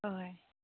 ꯍꯣꯏ ꯍꯣꯏ